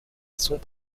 sont